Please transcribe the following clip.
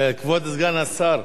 כבוד סגן השר,